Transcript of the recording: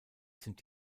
sind